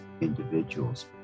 individuals